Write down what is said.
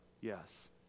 Yes